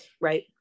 Right